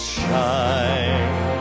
shine